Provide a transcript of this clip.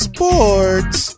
Sports